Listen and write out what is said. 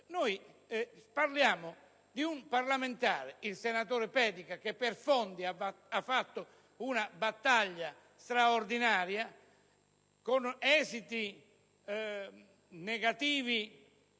parlando di un parlamentare, il senatore Pedica, che per Fondi ha condotto una battaglia straordinaria, con esiti negativi